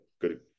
good